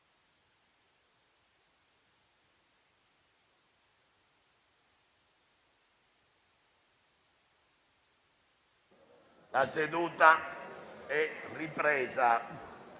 La seduta è sospesa.